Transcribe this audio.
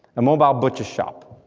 a mobile butcher shop,